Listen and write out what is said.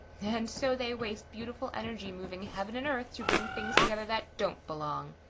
and so they waste beautiful energy moving heaven and earth to bring things together that don't belong.